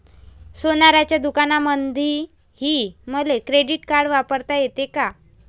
सोनाराच्या दुकानामंधीही मले क्रेडिट कार्ड वापरता येते का?